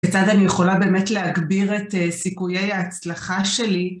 בצד אני יכולה באמת להגביר את סיכויי ההצלחה שלי.